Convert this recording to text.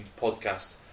podcast